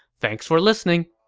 thanks for listening!